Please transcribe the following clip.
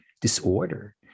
disorder